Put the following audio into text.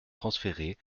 transférés